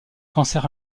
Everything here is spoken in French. cancer